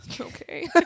okay